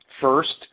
First